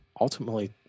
ultimately